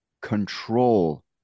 control